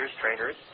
trainers